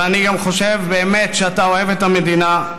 ואני גם חושב באמת שאתה אוהב את המדינה,